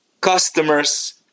customers